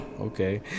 okay